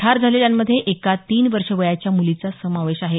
ठार झालेल्यांमध्ये एका तीन वर्ष वयाच्या मूलीचा समावेश आहे